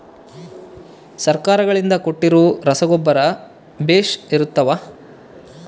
ಸರ್ಕಾರಗಳಿಂದ ಕೊಟ್ಟಿರೊ ರಸಗೊಬ್ಬರ ಬೇಷ್ ಇರುತ್ತವಾ?